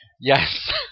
Yes